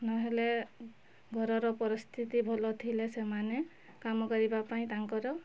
ନହେଲେ ଘରର ପରିସ୍ଥିତି ଭଲ ଥିଲେ ସେମାନେ କାମ କରିବା ପାଇଁ ତାଙ୍କର